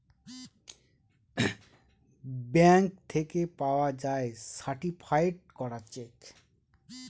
bank থেকে পাওয়া যায় সার্টিফায়েড করা চেক